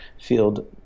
field